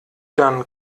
dann